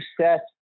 set